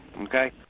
Okay